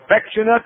affectionate